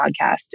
podcast